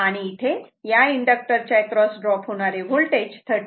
आणि इथे या इंडक्टर L च्या एक्रॉस ड्रॉप होणारे वोल्टेज 39